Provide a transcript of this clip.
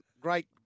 great